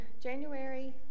January